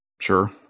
Sure